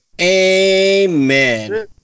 Amen